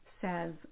says